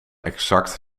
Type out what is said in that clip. exact